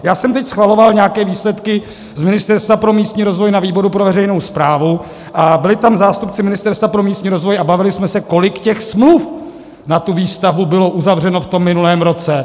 Já jsem teď schvaloval nějaké výsledky z Ministerstva pro místní rozvoj na výboru pro veřejnou správu a byli tam zástupci Ministerstva pro místní rozvoj a bavili jsme se, kolik těch smluv na tu výstavbu bylo uzavřeno v minulém roce.